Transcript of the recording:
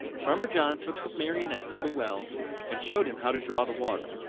farmer john took the marionette to the well and showed him how to draw the water.